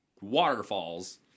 waterfalls